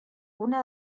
una